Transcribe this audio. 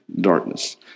darkness